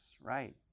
right